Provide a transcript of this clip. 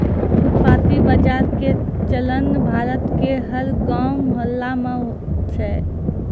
फुटपाती बाजार के चलन भारत के हर गांव मुहल्ला मॅ छै